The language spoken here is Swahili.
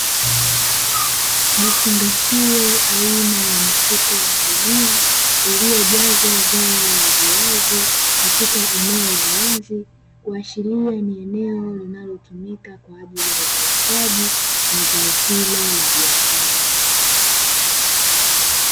Vifungashio aina ya mifuko ya gunia, iliyojazwa zao la viazi, katika eneo la wazi, kuashiria ni eneo linalotumika kwaajili ya uzalishaji wa zao hilo la biashara.